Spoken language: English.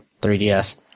3DS